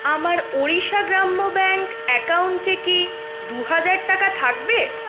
আমার ওড়িশা গ্রামীণ ব্যাঙ্ক অ্যাকাউন্টে কি দুহাজার টাকা থাকবে